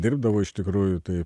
dirbdavo iš tikrųjų tai